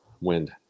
Wind